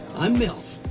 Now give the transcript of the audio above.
i'm mills.